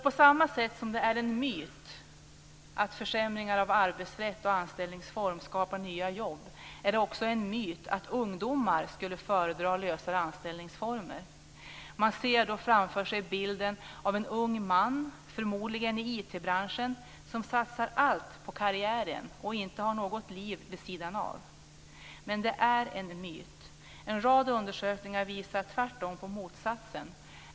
På samma sätt som det är en myt att försämringar av arbetsrätt och anställningsform skapar nya jobb är det en myt att ungdomar föredrar lösare anställningsformer. Man ser framför sig bilden av en ung man, förmodligen i IT-branschen, som satsar allt på karriären och inte har något liv vid sidan av. Men det är en myt. En rad undersökningar visar på motsatsen.